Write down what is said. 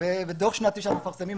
בדוח שנתי שאנחנו מפרסמים,